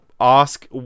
ask